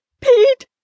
Pete